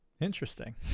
interesting